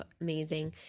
amazing